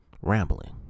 rambling